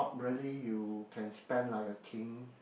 really you can spend like a king